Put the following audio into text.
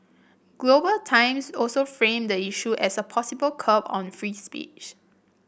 Global Times also framed the issue as a possible curb on free speech